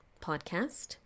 podcast